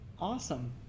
Awesome